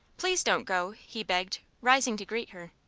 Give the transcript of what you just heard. please don't go, he begged, rising to greet her.